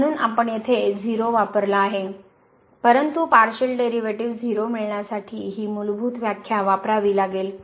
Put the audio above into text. म्हणून आपण येथे 0 वापरला आहे परंतु पारशीअल डेरीवेटीव 0 मिळण्यासाठी ही मूलभूत व्याख्या वापरावी लागेल